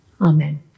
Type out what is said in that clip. Amen